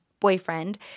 Boyfriend